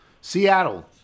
Seattle